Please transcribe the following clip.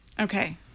okay